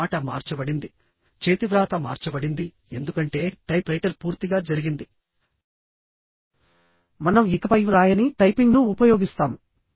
మన మాట మార్చబడిందిచేతివ్రాత మార్చబడింది ఎందుకంటే టైప్రైటర్ పూర్తిగా జరిగింది మనం ఇకపై వ్రాయని టైపింగ్ను ఉపయోగిస్తాము